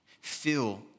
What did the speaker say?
fill